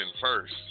first